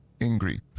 angry